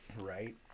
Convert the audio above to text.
Right